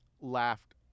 laughed